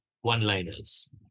one-liners